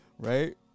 Right